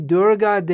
Durga